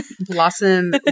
Blossom